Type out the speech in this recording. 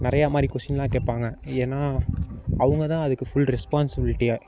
நிறையா மாதிரி கொஷின்லாம் கேட்பாங்க ஏன்னா அவங்க தான் அதுக்கு ஃபுல் ரெஸ்பான்ஸ்பிலிட்டியே